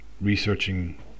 researching